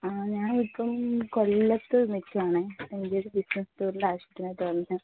ആ ഞാനിപ്പം കൊല്ലത്ത് നിക്കുവാണ് ചെറിയ ഒരു ബിസ്നസ് ടൂറിൻറ്റാവിശ്യത്തിനായിട്ട് വന്നതാണ്